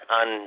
on